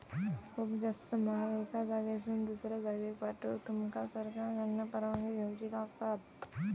खूप जास्त माल एका जागेसून दुसऱ्या जागेक पाठवूक तुमका सरकारकडना परवानगी घेऊची लागात